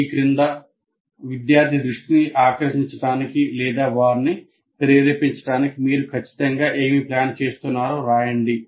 ఆ కింద విద్యార్థి దృష్టిని ఆకర్షించడానికి లేదా వారిని ప్రేరేపించడానికి మీరు ఖచ్చితంగా ఏమి ప్లాన్ చేస్తున్నారో రాయండి